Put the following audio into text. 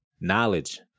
knowledge